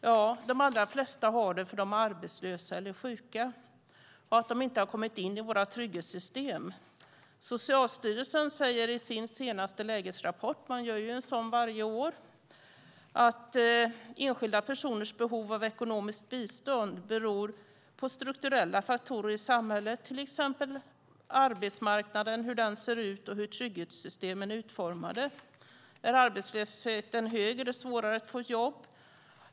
Ja, de allra flesta har det för att de är arbetslösa eller sjuka och för att de inte har kommit in i våra trygghetssystem. Socialstyrelsen säger i sin senaste lägesrapport - man gör en sådan varje år - att enskilda personers behov av ekonomiskt bistånd beror på strukturella faktorer i samhället, till exempel hur arbetsmarknaden ser ut och hur trygghetssystemen är utformade. Är arbetslösheten hög är det svårare att få jobb.